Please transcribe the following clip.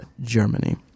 Germany